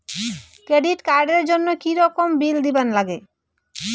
Credit card এর জন্যে কি কোনো বিল দিবার লাগে?